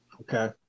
Okay